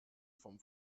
vom